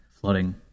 flooding